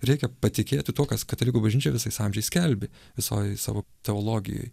reikia patikėti tuo kas katalikų bažnyčia visais amžiais skelbė visoj savo teologijoj